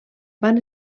van